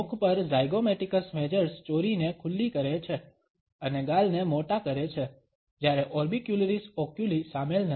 મુખ પર zygomaticus majors ચોરીને ખુલ્લી કરે છે અને ગાલને મોટાં કરે છે જ્યારે ઓર્બિક્યુલરિસ ઓક્યુલી સામેલ નથી